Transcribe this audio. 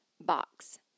box